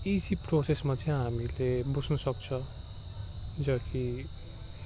easy प्रोसेसमा चाहिँ हामीले बुझ्नुसक्छ जो कि